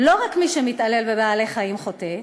לא רק מי שמתעלל בבעלי-חיים חוטא,